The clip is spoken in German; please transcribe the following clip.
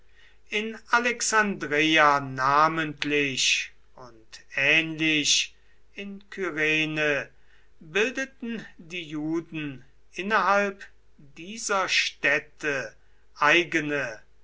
in alexandreia namentlich und ähnlich in kyrene bildeten die juden innerhalb dieser städte eigene